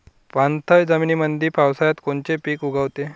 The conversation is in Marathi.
पाणथळ जमीनीमंदी पावसाळ्यात कोनचे पिक उगवते?